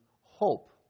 hope